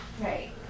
right